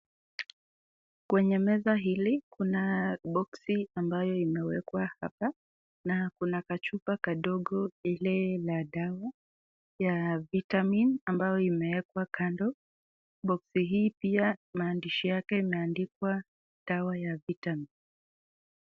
Kwenye meza hili kuna boksi ambayo imewekwa hapa na kuna kachupa kadogo ile ya dawa ya Vitamin ambayo imeekwa kando. Boksi hii pia maandishi yake imeandikwa dawa ya Vitamin.